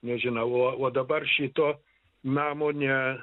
nežinau o o dabar šito namo ne